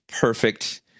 perfect